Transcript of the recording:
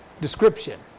description